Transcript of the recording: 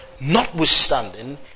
Notwithstanding